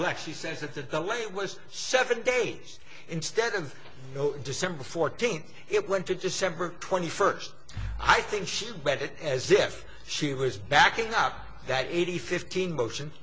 neglect she says that the delay was seven days instead of december fourteenth it went to december twenty first i think she read it as if she was backing up that eighty fifteen motion